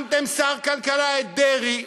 שמתם שר כלכלה, את דרעי.